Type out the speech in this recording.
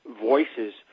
voices